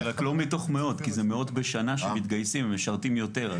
זה רק לא מתוך מאות כי זה מאות בשנה שמתגייסים ומשרתים יותר,